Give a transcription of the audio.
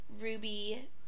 Ruby